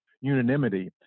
unanimity